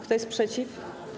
Kto jest przeciw?